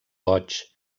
goig